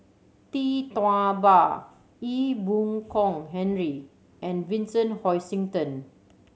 Tee Tua Ba Ee Boon Kong Henry and Vincent Hoisington